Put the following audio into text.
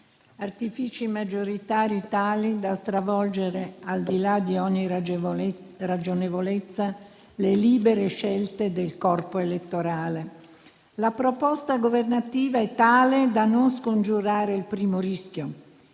artifici maggioritari tali da stravolgere, al di là di ogni ragionevolezza, le libere scelte del corpo elettorale. La proposta governativa è tale da non scongiurare il primo rischio,